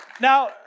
Now